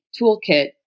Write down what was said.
toolkit